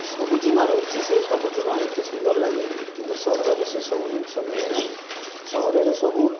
ସବୁଜିମା ରହିଛି ସେ ସବୁଜିମା ଏତେ ସୁନ୍ଦର ଲାଗେ କିନ୍ତୁ ସହରରେ ସେସବୁ ଜିନିଷ ମିଳେନାହିଁ ସହରରେ ସବୁ